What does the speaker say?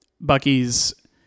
Bucky's